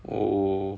oh